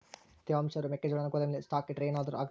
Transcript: ತೇವಾಂಶ ಇರೋ ಮೆಕ್ಕೆಜೋಳನ ಗೋದಾಮಿನಲ್ಲಿ ಸ್ಟಾಕ್ ಇಟ್ರೆ ಏನಾದರೂ ಅಗ್ತೈತ?